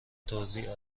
توزیع